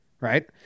right